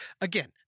Again